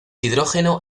hidrógeno